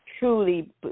Truly